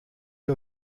ihr